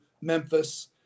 Memphis